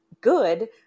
good